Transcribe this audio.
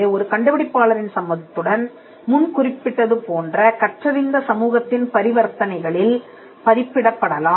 ஒரு கண்டுபிடிப்பாளரின் சம்மதத்துடன் முன் குறிப்பிட்டது போன்ற கற்றறிந்த சமூகத்தின் பரிவர்த்தனைகளில் பதிப்பிடப்படலாம்